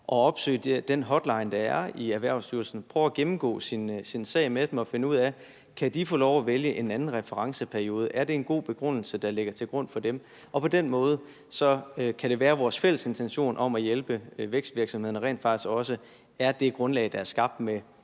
at opsøge den hotline, der er i Erhvervsstyrelsen, og prøve at gennemgå sagen med dem og finde ud af, om de kan få lov at vælge en anden referenceperiode, og om det er en god begrundelse, der ligger til grund for det. Og på den måde kan det være, at vores fælles intention om at hjælpe vækstvirksomhederne rent faktisk også er det grundlag, der er skabt med